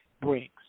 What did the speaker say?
brings